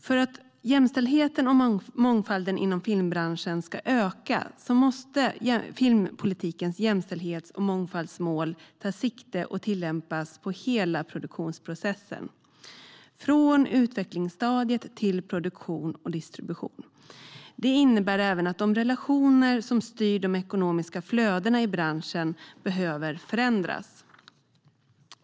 För att jämställdheten och mångfalden inom filmbranschen ska öka måste filmpolitikens jämställdhets och mångfaldsmål ta sikte på och tillämpas på hela produktionsprocessen, från utvecklingsstadiet till produktion och distribution. Det innebär även att de relationer som styr de ekonomiska flödena i branschen behöver förändras.